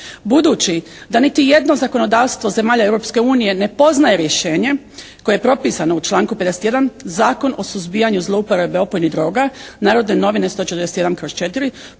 Budući da niti jedno zakonodavstvo zemalja Europske unije ne poznaje rješenje koje je propisano u članku 51. Zakon o suzbijanju zlouporabe opojnih droga "Narodne novine" 141/4,